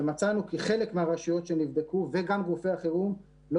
ומצאנו כי חלק מהרשויות שנבדקו וגם גופי החירום לא